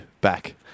back